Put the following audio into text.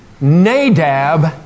Nadab